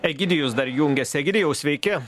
egidijus dar jungiasi egidijau sveiki